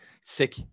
Sick